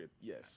Yes